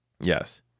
Yes